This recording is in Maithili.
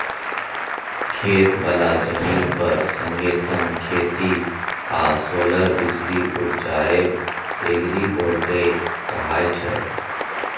खेत बला जमीन पर संगे संग खेती आ सोलर बिजली उपजाएब एग्रीबोल्टेइक कहाय छै